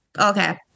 Okay